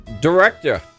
director